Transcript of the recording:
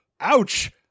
ouch